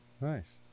nice